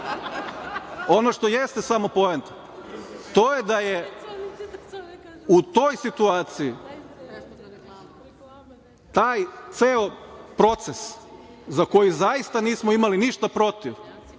što jeste samo poenta, to je da je u toj situaciji taj ceo proces, za koji zaista nismo imali ništa protiv,